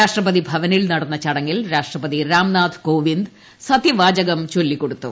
രാഷ്ട്രപതി ഭവനിൽ നടന്ന ചടങ്ങിൽ രാഷ്ട്രപതി രാംനാഥ് കോവിന്ദ് സത്യവാചകം ചൊല്ലിക്കൊടുത്തു